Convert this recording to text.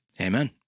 amen